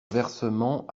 versement